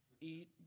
eat